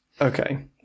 Okay